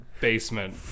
basement